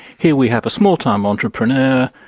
here we have a small-time entrepreneur,